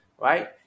right